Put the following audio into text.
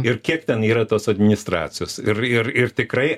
ir kiek ten yra tos administracijos ir ir ir tikrai